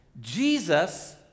Jesus